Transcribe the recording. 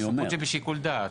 זאת אומרת זה בשיקול דעת.